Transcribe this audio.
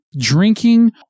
drinking